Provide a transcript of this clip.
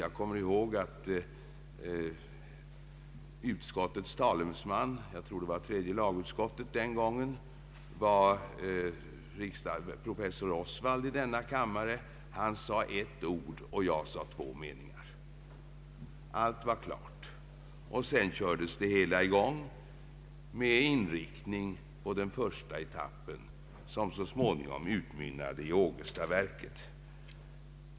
Jag kommer ihåg att utskottets talesman — det var tredje lagutskottet den gången, om jag inte missminner mig — var professor Osvald i denna kammare. Han sade ett ord och jag sade två meningar. Allt var klart. Sedan kördes det hela i gång med inriktning på den första etappen, som så småningom utmynnade i Ågestaverket.